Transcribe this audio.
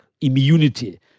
immunity